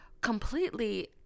completely